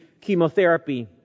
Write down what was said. chemotherapy